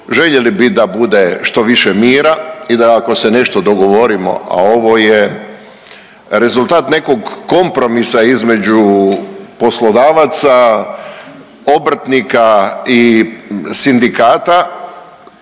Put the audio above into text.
Željeli bi da bude što više mira i da ako se nešto dogovorimo, a ovo je rezultat nekog kompromisa između poslodavaca, obrtnika i sindikata,